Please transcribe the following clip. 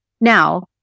Now